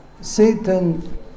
Satan